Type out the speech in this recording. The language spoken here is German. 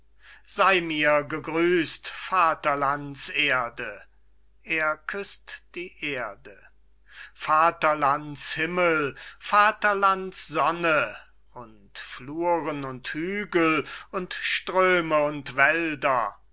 sey mir gegrüßt vaterlands erde er küßt die erde vaterlands himmel vaterlands sonne und fluren und hügel und ströme und wälder